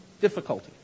difficulty